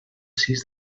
sis